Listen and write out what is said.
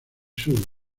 sur